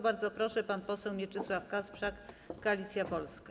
Bardzo proszę, pan poseł Mieczysław Kasprzak, Koalicja Polska.